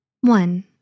One